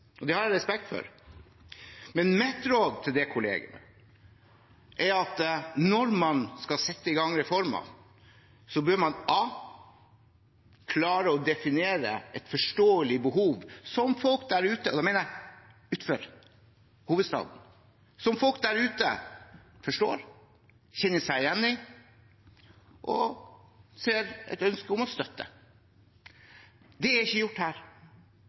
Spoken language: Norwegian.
og det har jeg respekt for. Men mitt råd til det kollegiet er at når man skal sette i gang reformer, bør man klare å definere et forståelig behov som folk der ute – og da mener jeg utenfor hovedstaden – forstår, kjenner seg igjen i, og har et ønske om å støtte. Det er ikke gjort her.